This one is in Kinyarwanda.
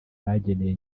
bageneye